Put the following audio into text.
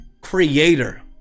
Creator